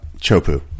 Chopu